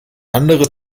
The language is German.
andere